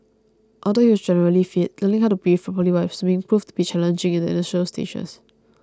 although he was generally fit learning how to breathe properly while swimming proved to be challenging in the initial stages